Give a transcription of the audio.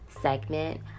segment